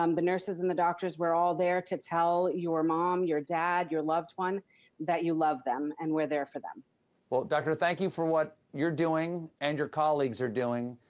um the nurses and the doctors, we're all there to tell your mom, your dad, your loved one that you love them, and we're there for them. colbert well, doctor, thank you for what you're doing and your colleagues are doing.